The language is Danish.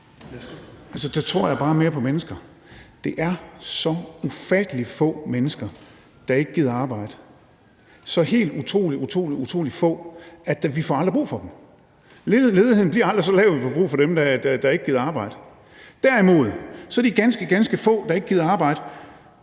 Der tror jeg bare mere på mennesker. Det er så ufattelig få mennesker, der ikke gider arbejde – så helt utrolig, utrolig få, at vi aldrig får brug for dem. Ledigheden bliver aldrig så lav, at vi får brug for dem, der ikke gider arbejde. Derimod får de ganske, ganske få, der ikke gider arbejde,